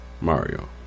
Mario